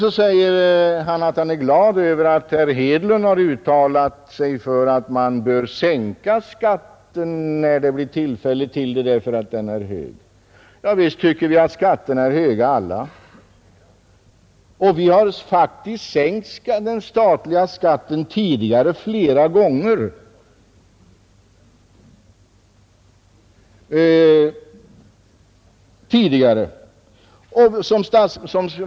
Så säger herr Bohman att han är glad över att herr Hedlund har uttalat sig för att man bör sänka skatten när det blir tillfälle till det därför att den är hög. Ja, visst tycker vi alla att skatterna är höga. Vi har faktiskt sänkt den statliga skatten flera gånger tidigare.